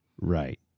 Right